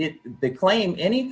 it they claim any